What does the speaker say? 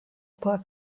poor